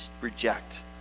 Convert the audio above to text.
reject